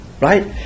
Right